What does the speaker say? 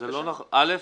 א',